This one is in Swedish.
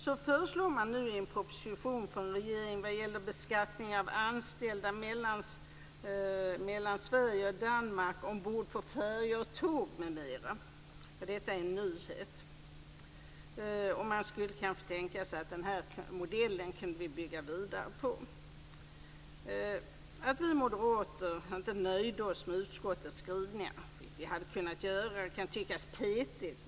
Det föreslås nu i en proposition från regeringen vad gäller beskattningen av anställda ombord på färjor, tåg, m.m. som går mellan Sverige och Danmark. Detta är en nyhet. Detta vore kanske en modell att bygga vidare på. Att vi moderater inte nöjde oss med utskottets skrivning, vilket vi hade kunnat göra, kan tyckas petigt.